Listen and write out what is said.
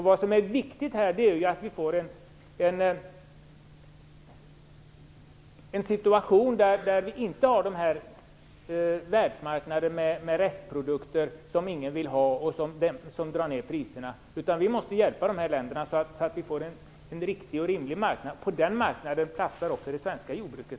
Det viktiga är att få en situation där det inte finns en världsmarknad med restprodukter som ingen vill ha och som sänker priserna. Vi måste hjälpa dessa länder så att det blir en riktig och rimlig marknad. På den marknaden platsar också det svenska jordbruket.